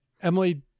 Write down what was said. Emily